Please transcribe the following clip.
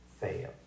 fail